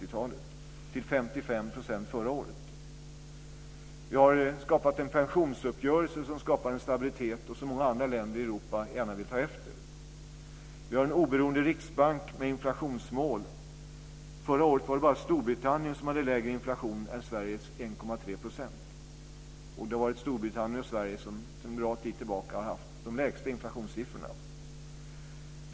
Förra året var det bara Storbritannien som hade lägre inflation än Sveriges 1,3 %. Det har varit Storbritannien och Sverige som sedan en bra tid tillbaka har haft de lägsta inflationssiffrorna.